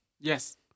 Yes